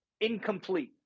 incomplete